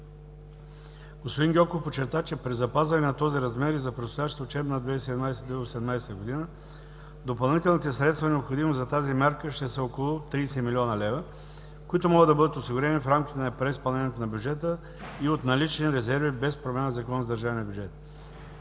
Господин Гьоков подчерта, че при запазване на този размер и за предстоящата учебна 2017 – 2018 г., допълнителните средства, необходими за тази мярка, ще са около 30 млн. лв., които могат да бъдат осигурени в рамките на преизпълнението на бюджета и от налични резерви, без промяна на Закона за държавния бюджет.